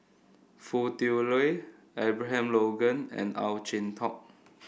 Foo Tui Liew Abraham Logan and Ow Chin Hock